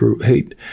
hate